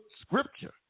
Scripture